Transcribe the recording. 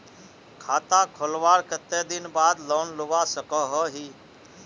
खाता खोलवार कते दिन बाद लोन लुबा सकोहो ही?